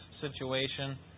situation